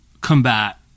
combat